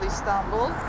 Istanbul